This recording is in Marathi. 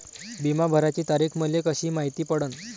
बिमा भराची तारीख मले कशी मायती पडन?